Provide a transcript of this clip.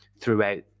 throughout